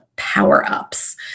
power-ups